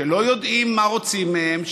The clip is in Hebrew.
שלא יודעים מה רוצים מהם,